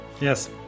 yes